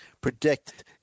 predict